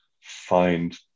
find